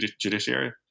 judiciary